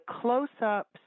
close-ups